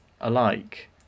alike